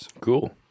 Cool